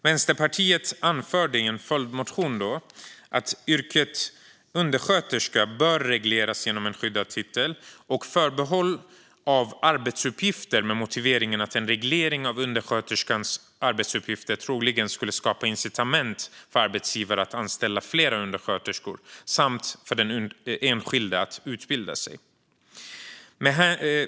Vänsterpartiet anförde i en följdmotion att yrket undersköterska bör regleras genom en skyddad titel och förbehåll av arbetsuppgifter med motiveringen att en reglering av undersköterskans arbetsuppgifter troligen skulle skapa incitament för arbetsgivare att anställa fler undersköterskor samt för den enskilde att utbilda sig.